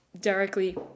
directly